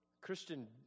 Christian